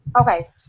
okay